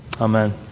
Amen